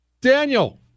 Daniel